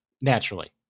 naturally